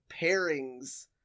pairings